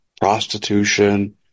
prostitution